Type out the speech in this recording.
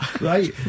Right